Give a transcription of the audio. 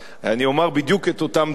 אני אומר בדיוק את אותם דברים.